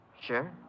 Sure